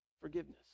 forgiveness